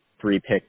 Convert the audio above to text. three-pick